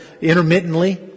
intermittently